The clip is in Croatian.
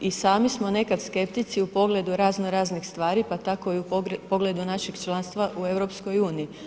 I sami smo nekad skeptici u pogledu razno raznih stvari, pa tako u pogledu našeg članstva u EU.